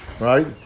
Right